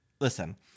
listen